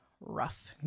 rough